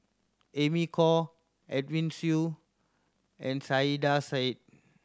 Amy Khor Edwin Siew and Saiedah Said